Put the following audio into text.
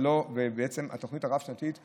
והתוכנית הרב-שנתית הופסקה.